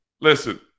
listen